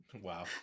wow